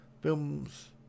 films